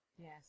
Yes